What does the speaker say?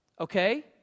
okay